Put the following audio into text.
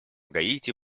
гаити